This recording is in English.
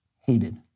hated